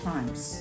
Times